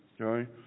Okay